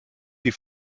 die